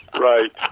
Right